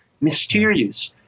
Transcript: mysterious